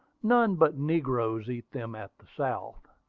none but negroes eat them at the south.